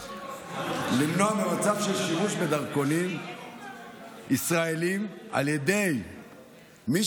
למנוע מצב של שימוש בדרכונים ישראליים על ידי מי